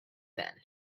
then